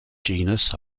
genus